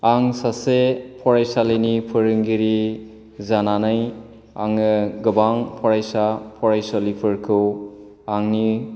आं सासे फरायसालिनि फोरोंगिरि जानानै आङो गोबां फरायसा फरायसुलिफोरखौ आंनि